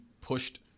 pushed